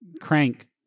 crank